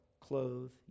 clothe